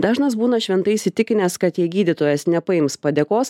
dažnas būna šventai įsitikinęs kad jei gydytojas nepaims padėkos